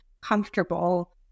comfortable